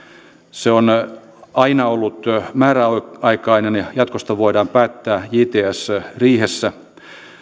se on aina ollut määräaikainen ja jatkosta voidaan päättää jts riihessä